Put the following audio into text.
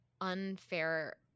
unfair